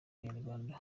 b’abanyarwanda